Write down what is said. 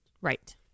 Right